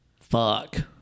Fuck